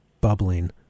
bubbling